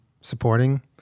supporting